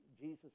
Jesus